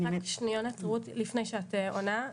לפני שאת עונה,